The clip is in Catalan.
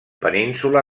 península